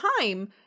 time